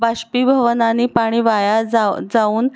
बाष्पीभवनाने पाणी वाया जा जाऊन